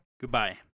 Goodbye